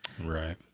Right